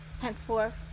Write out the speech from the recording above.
henceforth